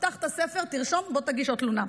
תפתח את הספר, תרשום, בוא תגיש עוד תלונה.